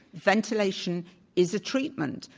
ventilation is a treatment,